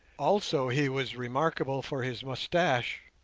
also he was remarkable for his moustache.